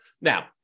Now